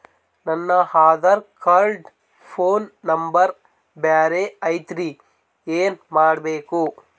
ನನ Aadhaar card phone number ಬ್ಯಾರೆ ಐತ್ರಿ ಏನ ಮಾಡಬೇಕು?